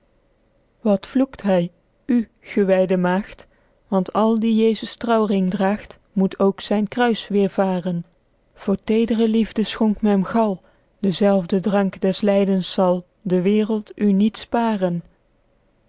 wat vloekt hy u gewyde maegd want al die jesus trouwring draegt moet ook zyn kruis weêrvaren voor teedre liefde schonk m hem gal den zelven drank des lydens zal de wereld u niet sparen